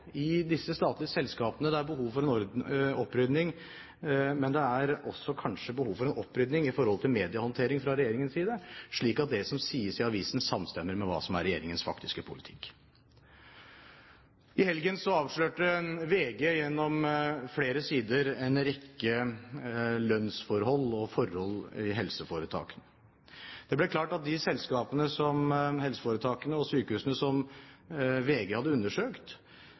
i disse statlige selskapene det er behov for en opprydding; det er kanskje behov for en opprydding også i mediehåndteringen fra regjeringens side, slik at det som sies i avisene, samstemmer med hva som er regjeringens faktiske politikk. I helgen avslørte VG gjennom flere sider en rekke lønnsforhold og andre forhold i helseforetakene. Det ble klart at i de helseforetakene og sykehusene som VG hadde undersøkt,